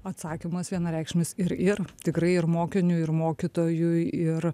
atsakymas vienareikšmis ir ir tikrai ir mokiniui ir mokytojui ir